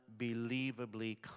unbelievably